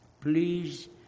Please